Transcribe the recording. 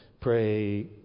Pray